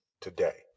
today